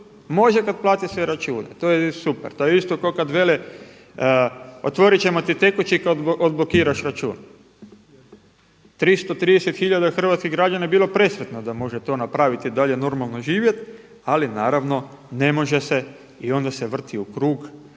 Može kada plati sve račune. To je super, to je isto kao kada vele, otvoriti ćemo ti tekući kad odblokiraš račun. 330 hiljada hrvatskih građana bi bilo presretno da može to napraviti i dalje normalno živjeti ali naravno ne može se i onda se vrti u krug